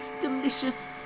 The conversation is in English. delicious